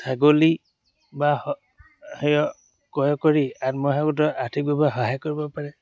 ছাগলী বা সেয়া ক্ৰয় কৰি আত্মসহায়ক গোটৰ আৰ্থিকভাৱে সহায় কৰিব পাৰে